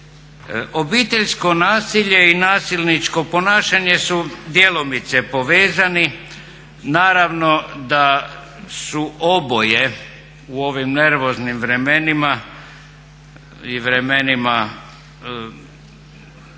Obiteljsko nasilje i nasilničko ponašanje su djelomice povezani. Naravno da su oboje u ovim nervoznim vremenima i vremenima